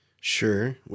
Sure